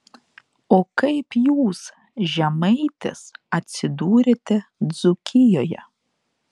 o kaip jūs žemaitis atsidūrėte dzūkijoje